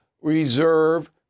reserve